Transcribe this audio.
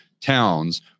towns